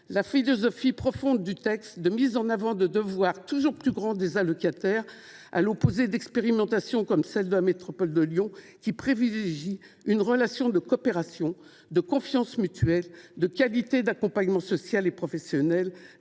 la philosophie profonde du texte, à savoir de mettre en avant les devoirs toujours plus grands des allocataires, à l’opposé d’expérimentations comme celles de la métropole de Lyon, qui privilégient une relation de coopération, de confiance mutuelle, de qualité d’accompagnement social et professionnel,